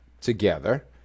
together